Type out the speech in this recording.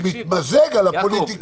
הוא מתמזג על הפוליטיקה בסופו של דבר.